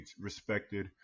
respected